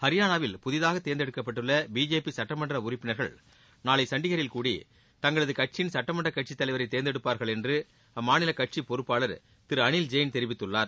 ஹரியானாவில் புதிதாக தேர்ந்தெடுக்கப்பட்டுள்ள பிஜேபி சுட்டமன்ற உறுப்பினர்கள் நாளை சண்டிகரில் கூடி தங்களது கட்சியின் சுட்டமன்ற கட்சித் தலைவரை தேர்ந்தெடுப்பார்கள் என்று அம்மாநில கட்சிப்பொறுப்பாளர் திரு அனில் ஜெயின் தெரிவித்துள்ளார்